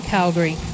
Calgary